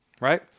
right